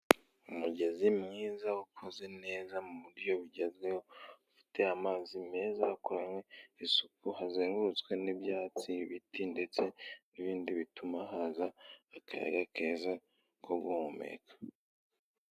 Umugezi mwiza ukoze neza mu buryo bugezweho, ufite amazi meza akoranywe isuku, hazengurutswe n'ibyatsi, ibiti ndetse n'ibindi bituma haza akayaga keza ko guhumeka.